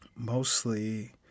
Mostly